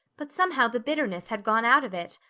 but somehow the bitterness had gone out of it.